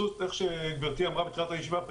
איך גברתי אמרה בתחילת הישיבה?